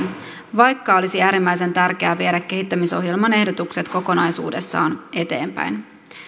vaikka olisi äärimmäisen tärkeää viedä kehittämisohjelman ehdotukset kokonaisuudessaan eteenpäin